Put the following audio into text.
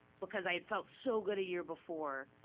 because i had felt so good a year before,